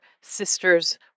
sister's